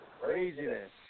Craziness